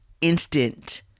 instant